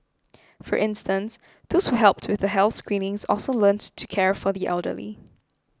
for instance those who helped with the health screenings also learnt to care for the elderly